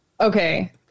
okay